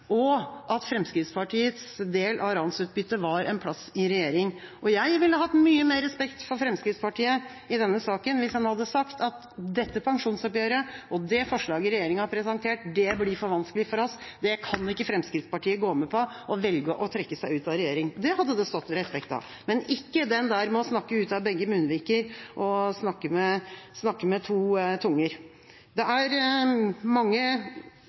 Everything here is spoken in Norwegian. og at Fremskrittspartiets del av ransutbyttet var en plass i regjering. Jeg ville hatt mye mer respekt for Fremskrittspartiet i denne saken hvis man hadde sagt at dette pensjonsoppgjøret og det forslaget regjeringa har presentert, blir for vanskelig for oss, det kan ikke Fremskrittspartiet gå med på og velger derfor å trekke seg ut av regjering. Det hadde det stått respekt av, men ikke det å snakke ut av begge munnviker, snakke med to tunger. Det er